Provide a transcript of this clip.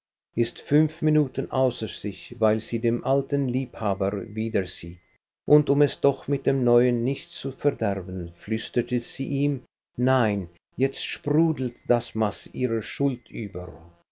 ist fünf minuten außer sich weil sie den alten liebhaber wiedersieht und um es doch mit dem neuen nicht zu verderben flüsterte sie ihm nein jetzt sprudelte das maß ihrer schuld über